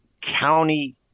county